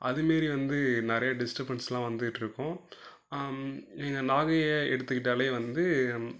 அதுமாரி வந்து நிறைய டிஸ்டபன்ஸ்லாம் வந்துக்கிட்டு இருக்கும் எங்கள் நாகையை எடுத்துக்கிட்டாலே வந்து